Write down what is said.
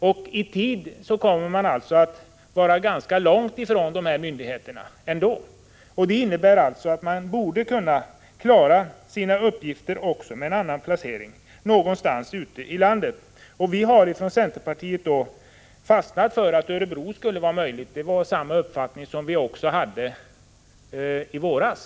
Räknat i tid kommer man ändå att vara placerad ganska långt från övriga myndigheter, och det innebär att man borde kunna klara uppgifterna också med en annan placering, någonstans ute i landet. Vi har från centerpartiet föreslagit Örebro, och det förslaget framförde vi också i våras.